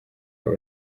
aba